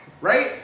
right